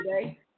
today